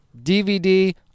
DVD